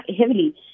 heavily